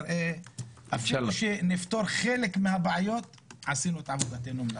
אפילו שנפתור חלק מהבעיות עשינו את עבודתנו.